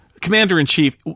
commander-in-chief